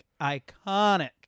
iconic